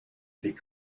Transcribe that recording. des